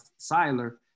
Siler